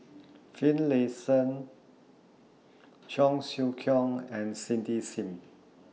Finlayson Cheong Siew Keong and Cindy SIM